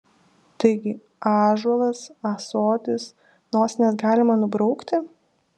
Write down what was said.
taigi ąžuolas ąsotis nosines galima nubraukti